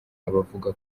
abavuga